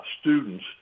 students